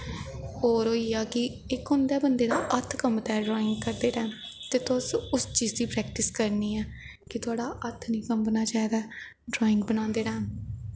होर होई गेआ कि इक होंदा ऐ हत्थ कंबदा ऐ बंदा दा ड्राईंग करदे वक्त ते तुसें उस चीज दी प्रैक्टिस करनी ऐ कि तोआढ़ा हत्थ निं कंबनां चाहिदा ऐ ड्राईंग बनांदे टैम